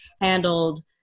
handled